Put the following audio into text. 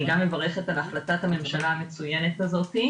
אני גם מברכת על החלטת הממשלה המצוינת הזאת.